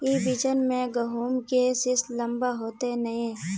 ई बिचन में गहुम के सीस लम्बा होते नय?